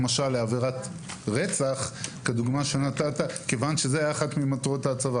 למשל לעבירת רצח כדוגמה שנתת כיוון שזאת הייתה אחת ממטרות הצו.